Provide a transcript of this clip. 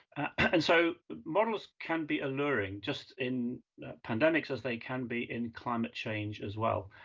and so models can be alluring just in pandemics as they can be in climate change as well.